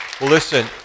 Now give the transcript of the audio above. Listen